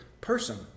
person